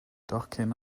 docyn